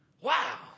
Wow